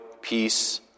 peace